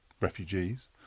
refugees